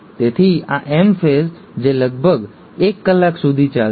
તેથી આ એમ ફેઝ છે જે લગભગ એક કલાક સુધી ચાલશે